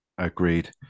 Agreed